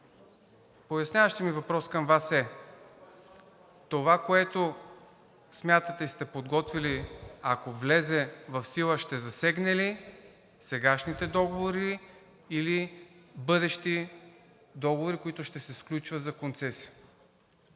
Поясняващият ми въпрос към Вас е: това, което смятате и сте подготвили, ако влезе в сила, ще засегне ли сегашните договори или бъдещи договори, които ще се сключват за концесии.